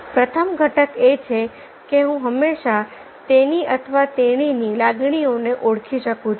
પ્રથમ ઘટક એ છે કેહું હંમેશા તેની અથવા તેણીની લાગણીઓને ઓળખી શકું છું